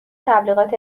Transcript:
تبلیغات